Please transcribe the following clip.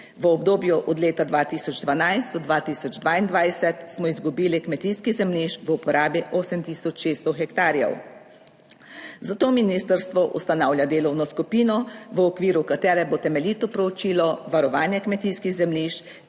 V obdobju od leta 2012-2022 smo izgubili kmetijskih zemljišč v uporabi 8 tisoč 600 hektarjev, zato ministrstvo ustanavlja delovno skupino, v okviru katere bo temeljito proučilo varovanje kmetijskih zemljišč